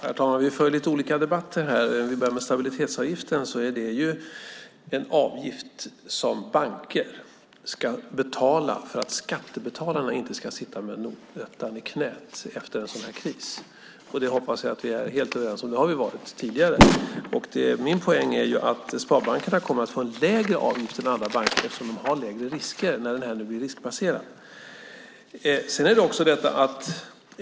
Herr talman! Vi för lite olika debatter här. Om vi börjar med stabilitetsavgiften är det en avgift som banker ska betala för att skattebetalarna efter en kris inte ska sitta med notan i knäet. Det hoppas jag att vi är helt överens om; det har vi varit tidigare. Min poäng är att sparbankerna kommer att få en lägre avgift än andra banker eftersom de har lägre risker när detta nu blir riskbaserat.